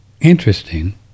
interesting